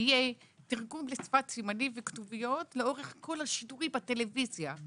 יהיה תרגום לשפת הסימנים וכתוביות לאורך כל השידורים בטלוויזיה.